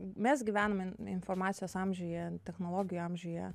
mes gyvenam in informacijos amžiuje technologijų amžiuje